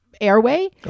airway